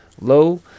Low